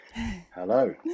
Hello